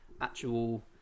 actual